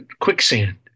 quicksand